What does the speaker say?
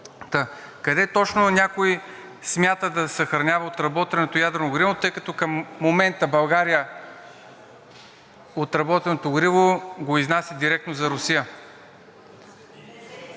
къде точно някой смята да съхранява отработеното ядрено гориво, тъй като към момента България изнася отработеното гориво го изнася директно за Русия?